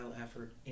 effort